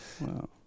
Wow